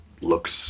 Looks